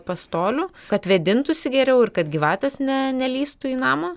pastolių kad vėdintųsi geriau ir kad gyvatės ne nelįstų į namą